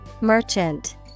Merchant